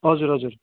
हजुर हजुर